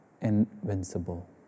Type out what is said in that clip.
invincible